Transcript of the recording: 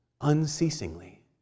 unceasingly